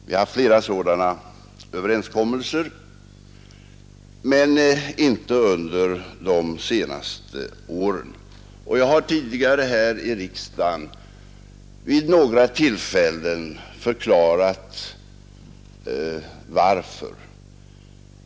Vi har haft flera sådana överenskommelser, men inte under de senaste åren, och jag har tidigare här i riksdagen vid några tillfällen förklarat varför.